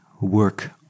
work